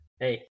hey